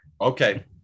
Okay